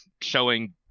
showing